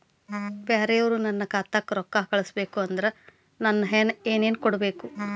ಬ್ಯಾರೆ ಅವರು ನನ್ನ ಖಾತಾಕ್ಕ ರೊಕ್ಕಾ ಕಳಿಸಬೇಕು ಅಂದ್ರ ನನ್ನ ಏನೇನು ಕೊಡಬೇಕು?